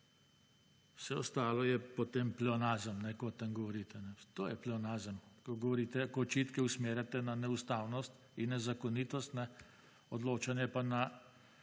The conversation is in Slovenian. Vse ostalo je potem pleonazem, ko o tem govorite, to je pleonazem, ko govorite, ko očitke usmerjate na neustavnost in nezakonitost, odločanje pa na